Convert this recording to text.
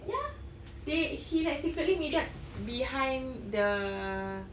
ya they he like secretly meet up behind the